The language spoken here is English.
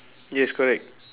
yes correct